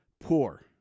poor